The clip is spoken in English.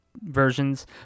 versions